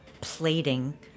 plating